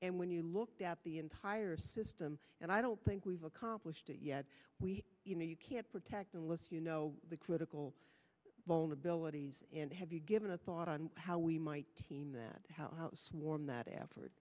and when you looked at the entire system and i don't think we've accomplished that yet we you know you can't protect unless you know the critical vulnerabilities and have you given a thought on how we might team that swarm that